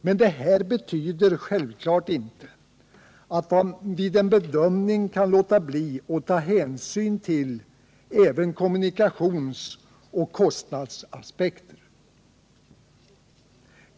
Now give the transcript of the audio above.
Men det betyder självklart inte att man vid en bedömning kan låta bli att ta hänsyn till även kommunikationsoch kostnadsaspekter.